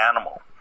animal